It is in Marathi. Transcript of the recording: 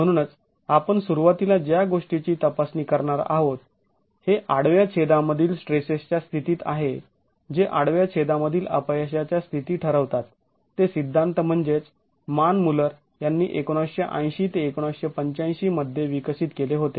म्हणूनच आपण सुरुवातीला ज्या गोष्टींची तपासणी करणार आहोत हे आडव्या छेदामधील स्ट्रेसेसच्या स्थितीत आहे जे आडव्या छेदामधील अपयशाच्या स्थिती ठरवतात ते सिद्धांत म्हणजेच मान मुल्लर यांनी १९८० ते १९८५ मध्ये विकसित केले होते